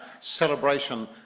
celebration